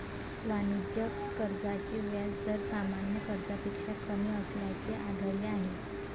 वाणिज्य कर्जाचे व्याज दर सामान्य कर्जापेक्षा कमी असल्याचे आढळले आहे